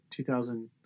2000